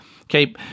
okay